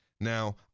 Now